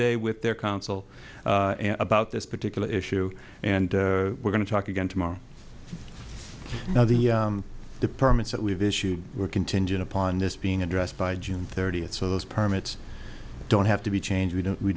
today with their counsel about this particular issue and we're going to talk again tomorrow now the departments that we've issued were contingent upon this being addressed by june thirtieth so those permits don't have to be changed we don't we